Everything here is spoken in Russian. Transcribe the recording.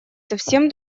совсем